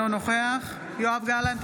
אינו נוכח יואב גלנט,